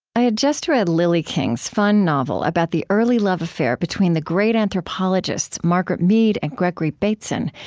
i had just read lily king's fun novel about the early love affair between the great anthropologists, margaret mead and gregory bateson,